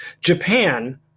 Japan